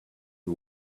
who